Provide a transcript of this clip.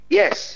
yes